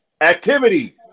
activity